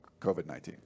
COVID-19